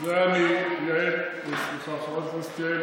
חברת הכנסת יעל